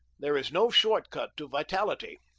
there is no short cut to vitality.